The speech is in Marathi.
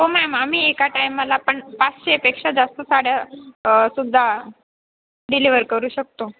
हो मॅम आम्ही एका टाईमाला पण पाचशेपेक्षा जास्त साड्या सुद्धा डिलिवर करू शकतो